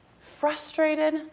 frustrated